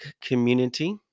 community